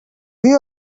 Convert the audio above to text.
you